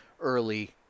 early